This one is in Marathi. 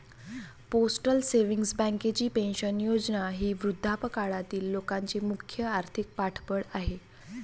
पोस्टल सेव्हिंग्ज बँकेची पेन्शन योजना ही वृद्धापकाळातील लोकांचे मुख्य आर्थिक पाठबळ आहे